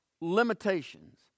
limitations